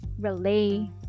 relay